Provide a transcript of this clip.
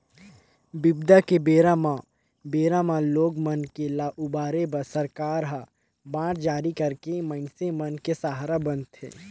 बिबदा के बेरा म बेरा म लोग मन के ल उबारे बर सरकार ह बांड जारी करके मइनसे मन के सहारा बनथे